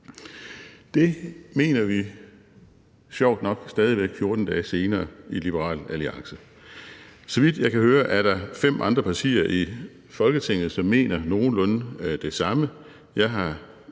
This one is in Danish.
Det mener vi sjovt nok stadig væk 14 dage senere i Liberal Alliance. Så vidt jeg kan høre, er der fem andre partier i Folketinget, som mener nogenlunde det samme.